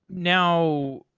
now,